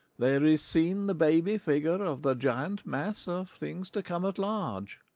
there is seen the baby figure of the giant mas of things to come at large.